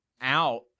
out